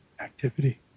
activity